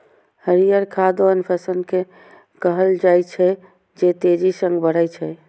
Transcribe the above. हरियर खाद ओहन फसल कें कहल जाइ छै, जे तेजी सं बढ़ै छै